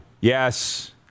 Yes